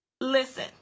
listen